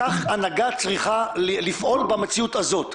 כך הנהגה צריכה לפעול במציאות הזאת.